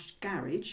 Garage